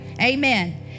Amen